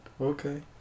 okay